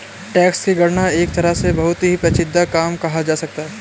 tax की गणना एक तरह से बहुत ही पेचीदा काम कहा जा सकता है